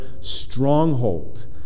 stronghold